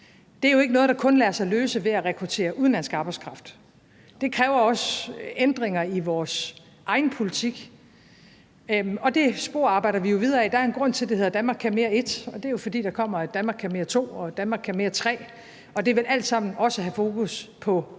Det er jo ikke noget, der kun lader sig løse ved at rekruttere udenlandsk arbejdskraft. Det kræver også ændringer i vores egen politik, og det spor arbejder vi videre ad. Der er en grund til, at det hedder »Danmark kan mere I«, og det er jo, fordi der kommer et »Danmark kan mere II« og et »Danmark kan mere III«, og det vil alt sammen også have fokus på